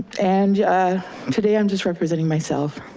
and today i'm just representing myself.